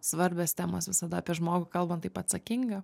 svarbios temos visada apie žmogų kalbant taip atsakinga